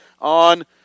on